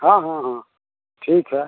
हाँ हाँ हाँ ठीक है